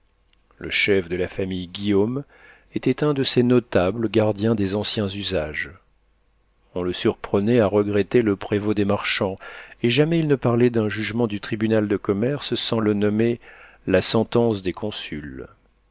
le chef de la famille guillaume était un de ces notables gardiens des anciens usages on le surprenait à regretter le prévôt des marchands et jamais il ne parlait d'un jugement du tribunal de commerce sans le nommer la sentence des consuls